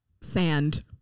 Sand